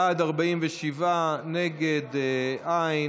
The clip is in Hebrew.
בעד, 47, נגד, אין,